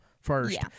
first